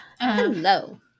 Hello